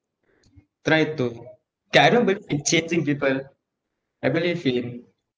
try to K I don't believe in changing people I believe in